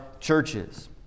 churches